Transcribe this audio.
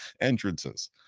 entrances